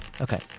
Okay